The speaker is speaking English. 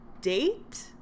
date